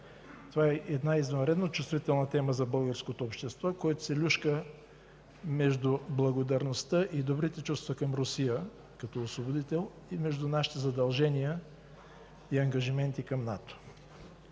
това е една извънредно чувствителна тема за българското общество, което се люшка между благодарността и добрите чувства към Русия, като освободител, и между нашите задължения и ангажименти към НАТО.